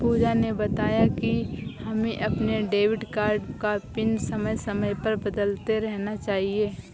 पूजा ने बताया कि हमें अपने डेबिट कार्ड का पिन समय समय पर बदलते रहना चाहिए